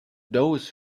those